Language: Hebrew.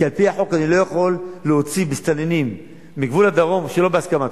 כי על-פי החוק אני לא יכול להוציא מסתננים מגבול הדרום שלא בהסכמתם.